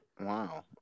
Wow